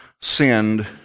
sinned